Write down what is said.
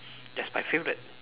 that's my favorite